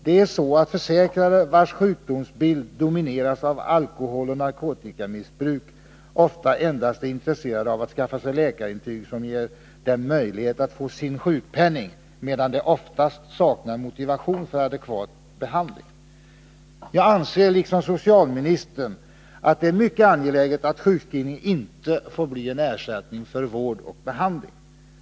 Det är så att försäkrade, vilkas sjukdomsbild domineras av alkoholeller narkotikamissbruk, ofta endast är intresserade av att skaffa sig läkarintyg som ger dem möjlighet att få sin sjukpenning, medan de oftast saknar motivation för adekvat behandling. Jag anser liksom socialministern att det är mycket angeläget att sjukskrivning inte får bli en ersättning för vård och behandling.